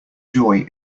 joy